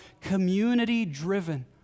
community-driven